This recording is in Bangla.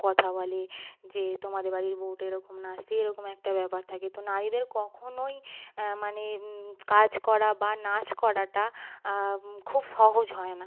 কথা বলে যে তোমাদের বাড়ির বউটা এরকম নাচছে এরকম একটা ব্যাপার থাকে তো নারীদের কখনোই মানে কাজ করা নাচ করাটা খুব সহজ হয় না